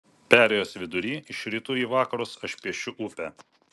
perėjos vidurį iš rytų į vakarus aš piešiu upę